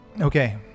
okay